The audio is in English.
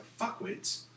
fuckwits